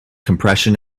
compression